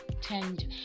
tend